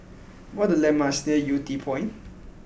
what are the landmarks near Yew Tee Point